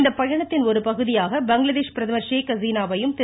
இந்த பயணத்தின் ஒருபகுதியாக பங்களாதேஷ் பிரதமர் ஷேக் அசீனாவையும் திரு